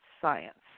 science